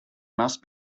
must